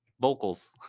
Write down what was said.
vocals